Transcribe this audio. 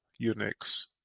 Unix